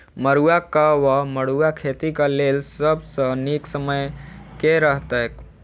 मरुआक वा मड़ुआ खेतीक लेल सब सऽ नीक समय केँ रहतैक?